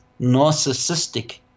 narcissistic